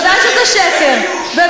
זה שקר, אין כיבוש.